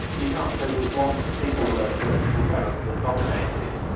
you can't say there was one particular political current that dominated.